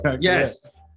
yes